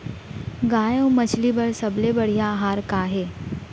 गाय अऊ मछली बर सबले बढ़िया आहार का हे?